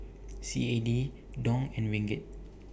C A D Dong and Ringgit